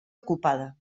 ocupada